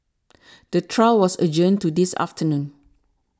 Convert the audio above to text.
the trial was adjourned to this afternoon